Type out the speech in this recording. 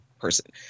person